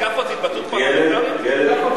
זאת התבטאות פרלמנטרית ועוד איך.